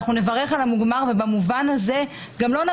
היא ברורה מאוד ואנחנו מבינים גם מה אנחנו רוצים